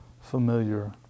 familiar